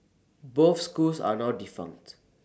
both schools are now defunct